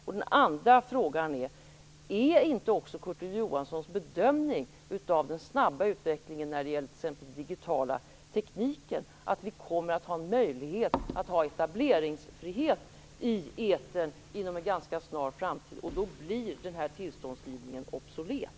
Min andra fråga är: Är inte också Kurt Ove Johanssons bedömning av den snabba utvecklingen när det gäller t.ex. den digitala tekniken att vi kommer att ha en möjlighet att ha etableringsfrihet i etern inom en ganska snar framtid? Då blir denna tillståndsgivning obsolet.